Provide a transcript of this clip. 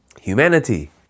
humanity